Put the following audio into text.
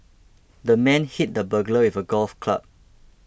the man hit the burglar with a golf club